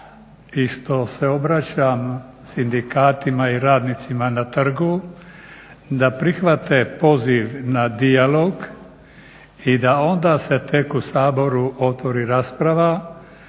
i to se obraćam sindikatima i radnicima na Trgu da prihvate poziv na dijalog i da onda se tek u Saboru otvoriti rasprava.